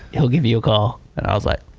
he'll give you a call. and i was like,